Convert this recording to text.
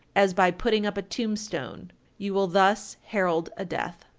as by putting up a tombstone you will thus herald a death.